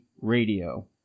radio